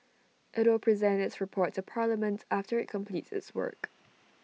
IT will present its report to parliament after IT completes its work